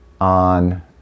on